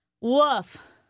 Woof